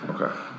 Okay